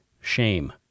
Shame